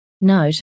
Note